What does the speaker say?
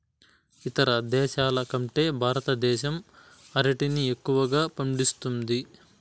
ఇతర దేశాల కంటే భారతదేశం అరటిని ఎక్కువగా పండిస్తుంది